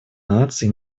наций